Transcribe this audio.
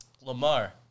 Lamar